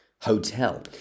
hotel